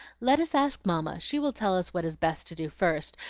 let us ask mamma she will tell us what is best to do first,